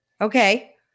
Okay